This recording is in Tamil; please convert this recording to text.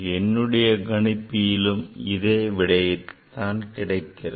என்னுடைய கணிப்பியும் இதே விடையைத்தான் அளிக்கிறது